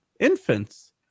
infants